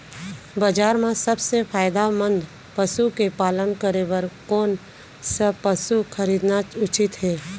बजार म सबसे फायदामंद पसु के पालन करे बर कोन स पसु खरीदना उचित हे?